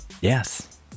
Yes